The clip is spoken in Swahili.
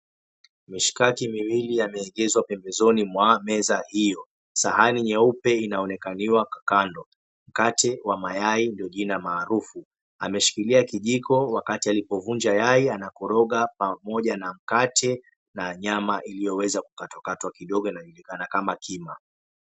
Mishikaki miwili yameegezwa pembezoni mwa meza hio. Sahani nyeupe inaonekaniwa kwa kando. Mkate wa mayai wa jina maarufu ameshikilia kijiko wakati alipovunja yai anakoroga pamoja na mkate na nyama ilioweza kukatakatwa kidogo inajulikana kama kima.